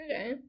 Okay